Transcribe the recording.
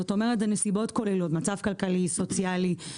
זאת אומרת, אלה נסיבות כוללות.